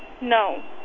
no